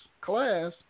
class